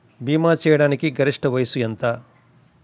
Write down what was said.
భీమా చేయాటానికి గరిష్ట వయస్సు ఎంత?